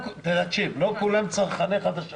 דווח בחדשות